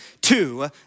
Two